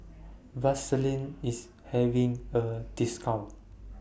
Vaselin IS having A discount